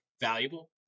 valuable